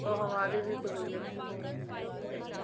अब हमारी भी तो कोई ग़लती नहीं है इसमें क्या करें